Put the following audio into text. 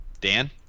dan